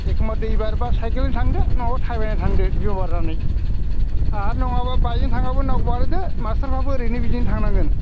एखमब्ला दै बारबा साइखेलजों थांदो नङाब्ला थाबायनानै थांदो बिमा बारनानै आरो नङाब्ला बाइक जों थांबाबो नाव बारदो मासटारब्लाबो बेजोंनो थांनांगोन